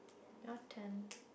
your turn